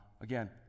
again